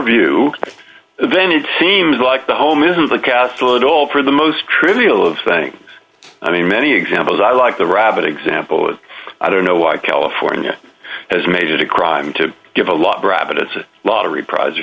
view then it seems like the home isn't the castle at all for the most trivial of things i mean many examples i like the rabbit example i don't know why california has made it a crime to give a lot